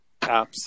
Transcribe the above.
apps